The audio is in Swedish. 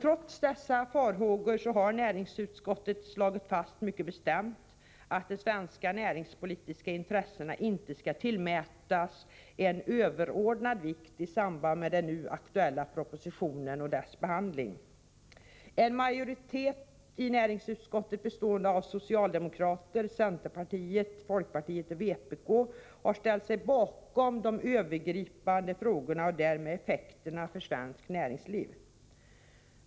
Trots dessa farhågor har näringsutskottet mycket bestämt slagit fast att de svenska näringspolitiska intressena inte skall tillmätas en överordnad vikt i samband med behandlingen av denna aktuella fråga. En majoritet i näringsutskottet bestående av socialdemokrater, centerpartister, folkpartister och vänsterpartiet kommunisterna har i de övergripande frågorna ställt sig bakom uppfattningen om effekterna för svenskt näringsliv.